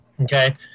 okay